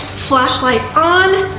flash light on,